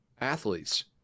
athletes